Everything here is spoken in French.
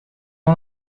nom